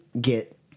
get